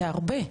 זה הרבה.